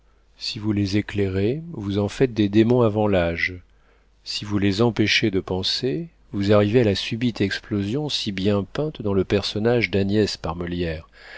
si vous les éclairez vous en faites des démons avant l'âge si vous les empêchez de penser vous arrivez à la subite explosion si bien peinte dans le personnage d'agnès par molière